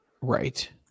Right